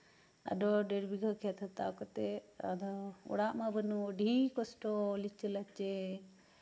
ᱟᱫᱚ ᱰᱮᱲ ᱵᱤᱜᱷᱟᱹ ᱠᱷᱮᱛ ᱦᱟᱛᱟᱣ ᱠᱟᱛᱮᱫ ᱟᱫᱚ ᱚᱲᱟᱜ ᱢᱟ ᱵᱟᱱᱩᱜ ᱟᱹᱰᱤ ᱠᱚᱥᱴᱚ ᱟᱹᱰᱤ ᱞᱤᱪᱟᱹ ᱞᱟᱪᱮ